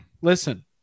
Listen